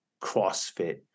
CrossFit